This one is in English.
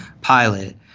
pilot